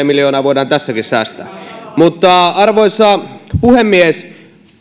miljoonaa voidaan tässäkin säästää arvoisa puhemies